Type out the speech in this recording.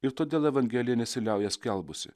ir todėl evangelija nesiliauja skelbusi